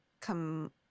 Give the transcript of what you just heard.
come